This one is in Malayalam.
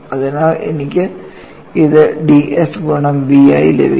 അതിനാൽ എനിക്ക് ഇത് ds ഗുണം B ആയി ലഭിക്കും